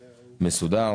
מסודר.